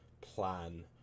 plan